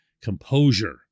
composure